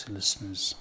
listeners